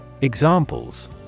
Examples